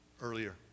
earlier